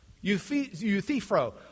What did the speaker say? Euthyphro